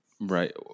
right